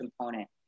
component